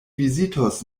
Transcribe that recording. vizitos